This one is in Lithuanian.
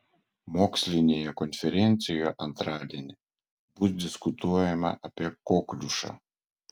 mokslinėje konferencijoje antradienį bus diskutuojama apie kokliušą